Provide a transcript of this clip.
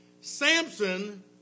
Samson